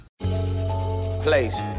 place